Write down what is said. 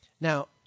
Now